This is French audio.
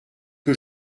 que